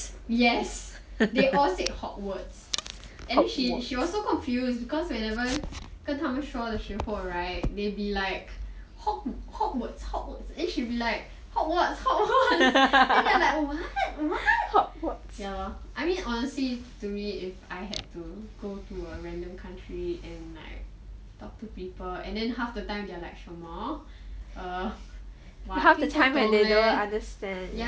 yes they all said hogwarts and she was so confused because whenever 跟他们说的时候:gen ta men shuo deshi hou right they be like hogwarts hogwarts and she be like hogwarts hogwarts and they are like what what I mean honestly to me if I had to go to a random country and like talk to people and then half the time they are like 什么 err 听不懂 leh